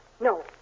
No